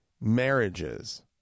marriages